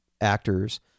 actors